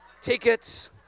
tickets